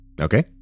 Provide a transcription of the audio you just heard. Okay